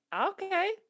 Okay